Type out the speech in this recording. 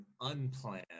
unplanned